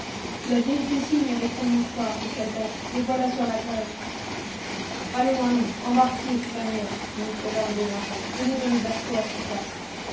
la vieille fait signe avec son mouchoir dit calebasse les voilà sur la grève allons allons embarquez la mère dit nicolas en démarrant venez dans le bachot à soupape